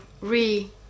re